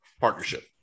partnership